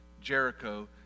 Jericho